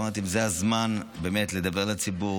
אמרתי: זה הזמן באמת לדבר אל הציבור,